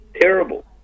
terrible